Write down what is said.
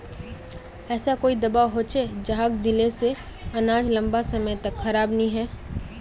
ऐसा कोई दाबा होचे जहाक दिले से अनाज लंबा समय तक खराब नी है?